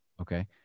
Okay